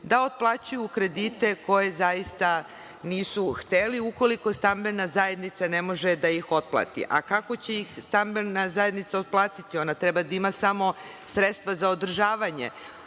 da otplaćuju kredite koje zaista nisu hteli, ukoliko stambena zajednica ne može da ih otplati. A kako će ih stambena zajednica otplatiti? Ona treba da ima samo sredstva za održavanje.